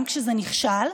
גם כשזה נכשל,